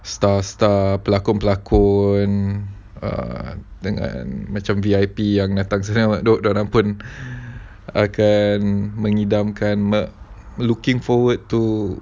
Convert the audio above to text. staff staff pelakon-pelakon err dengan macam V_I_P yang datang sana dia dia orang pun akan mengidamkan [pe] looking forward to